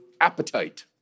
appetite